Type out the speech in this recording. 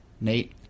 Nate